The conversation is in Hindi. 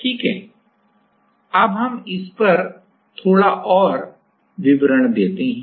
ठीक है अब हम इस पर थोड़ा और विवरण देते हैं